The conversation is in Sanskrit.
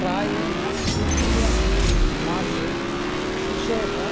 प्रायेण तृतीयमासे शिशोः